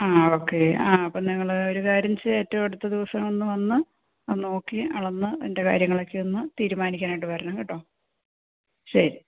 ആ ഓക്കെ ആ അപ്പോൾ ഞങ്ങൾ ഒരു കാര്യം ചെയ്യാം ഏറ്റവും അടുത്ത ദിവസം ഒന്ന് വന്ന് നോക്കി അളന്ന് അതിൻ്റെ കാര്യങ്ങളൊക്കെ ഒന്ന് തീരുമാനിക്കാനായിട്ട് വരണം കേട്ടോ ശരി